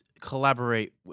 collaborate